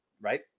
right